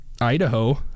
Idaho